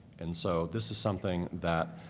and so this is something that